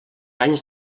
anys